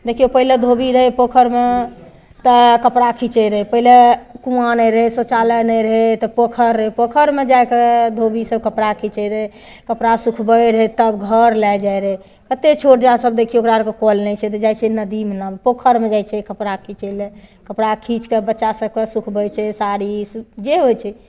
देखियौ पहिले धोबी रहै पोखरिमे तऽ कपड़ा खीचै रहै पहिले कुवाँ नहि रहै शौचालय नहि रहै तऽ पोखरि रहै पोखरिमे जा कऽ धोबी सब कपड़ा खीचै रहै कपड़ा सुखबै रहै तब घर लए जाइ रहै कते छोट जाति सब देखियौ ओकरा आरके कऽल नहि छै तऽ जाइ छै नदीमे नहबै लए पोखरिमे जाइ छै कपड़ा खीचै लए कपड़ा खीच कऽ बच्चा सबके सुखबै छै साड़ी जे होइ छै